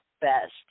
best